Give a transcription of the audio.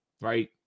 right